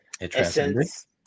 Essence